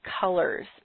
colors